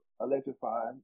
electrified